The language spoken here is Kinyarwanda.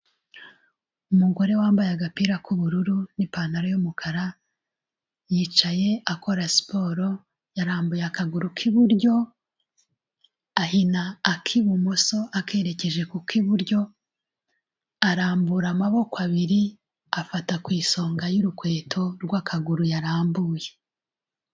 Umugore wambaye agapira k'ubururu n'ipantaro y'umukara yicaye akora siporo yarambuye akaguru k'iburyo ahina ak'ibumoso akererekeje ku k'iburyo arambura amaboko abiri afata ku isonga y'urukweto rw'akaguru yarambuye.